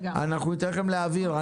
ניתן לכם להבהיר.